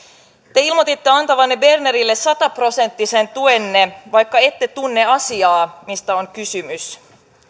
te ilmoititte antavanne bernerille sataprosenttisen tukenne vaikka ette tunne asiaa mistä on kysymys